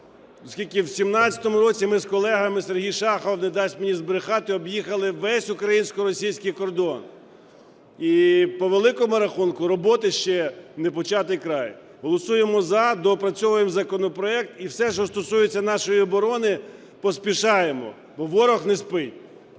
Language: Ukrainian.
оскільки в 17-му році ми з колегами (Сергій Шахов не дасть мені збрехати) об'їхали весь українсько-російський кордон. І, по великому рахунку, роботи ще непочатий край. Голосуємо "за", доопрацьовуємо законопроект. І все, що стосується нашої оборони – поспішаємо, бо ворог не спить.